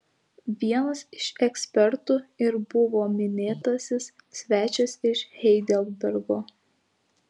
vienas iš ekspertų ir buvo minėtasis svečias iš heidelbergo